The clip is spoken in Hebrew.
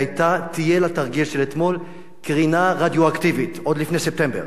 תהיה לתרגיל של אתמול קרינה רדיואקטיבית עוד לפני ספטמבר.